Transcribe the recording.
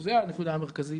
וזו הנקודה המרכזית,